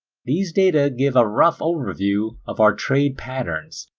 these data give a rough overview of our trade patterns,